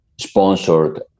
sponsored